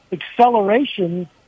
acceleration